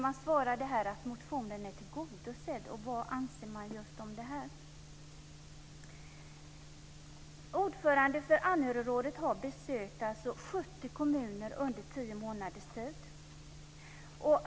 Man svarar att motionen är tillgodosedd, men vad anser man just om det här? Ordföranden för Anhörigrådet har besökt 70 kommuner under tio månaders tid.